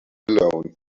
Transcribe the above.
alone